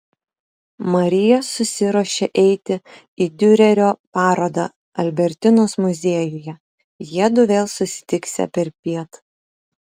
marija susiruošė eiti į diurerio parodą albertinos muziejuje jiedu vėl susitiksią perpiet